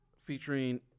Featuring